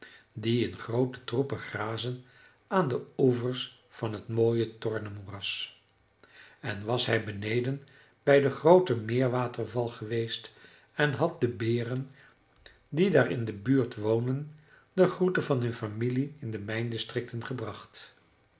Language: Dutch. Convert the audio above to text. die in groote troepen grazen aan de oevers van het mooie torne moeras en was hij beneden bij den grooten meerwaterval geweest en had den beren die daar in de buurt wonen de groeten van hun familie in de mijndistricten gebracht